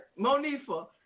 Monifa